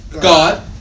God